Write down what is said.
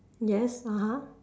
yes (uh huh)